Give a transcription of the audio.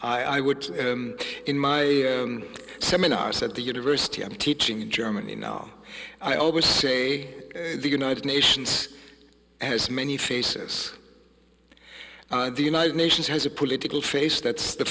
i would in my seminars at the university i'm teaching in germany now i always say the united nations has many faces the united nations has a political face that's the